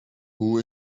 who